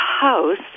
house